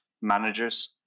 managers